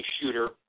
shooter